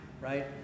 right